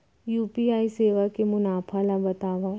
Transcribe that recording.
UPI सेवा के मुनाफा ल बतावव?